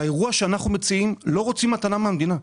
באירוע שאנחנו מציעים לא רוצים מתנה מהמדינה,